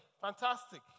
fantastic